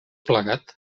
plegat